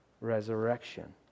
resurrection